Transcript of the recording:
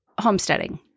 homesteading